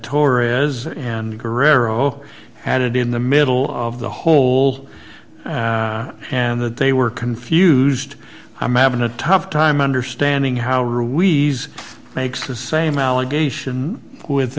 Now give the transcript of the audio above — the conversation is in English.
torres and guerrero had it in the middle of the hole and that they were confused i'm having a tough time understanding how rule we makes the same allegation with